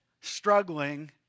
struggling